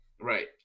Right